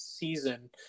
season